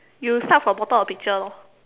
you start from the bottom of the picture lor